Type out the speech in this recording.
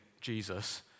Jesus